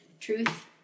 truth